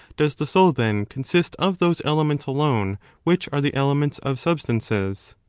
does the soul, then, consist of those elements alone which are the elements of substances?